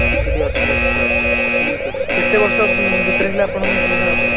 ସତୁରି ଅଶି ଲକ୍ଷ ଠିକ ଅଛି କେତେ ବର୍ଷ ଭିତରେ ହେଲେ ଆପଣଙ୍କ ପାଇଁ ସୁବିଧା ହେବ